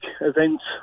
events